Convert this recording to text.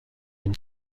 une